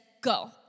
Go